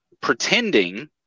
pretending